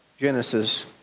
Genesis